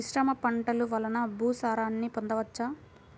మిశ్రమ పంటలు వలన భూసారాన్ని పొందవచ్చా?